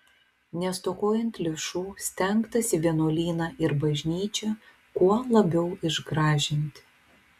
nestokojant lėšų stengtasi vienuolyną ir bažnyčią kuo labiau išgražinti